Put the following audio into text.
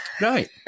Right